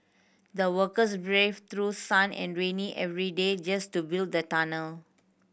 the workers braved through sun and rainy every day just to build the tunnel